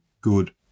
good